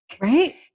right